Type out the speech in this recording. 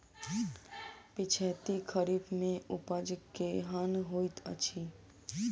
पिछैती खरीफ मे उपज केहन होइत अछि?